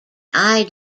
eye